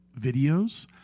videos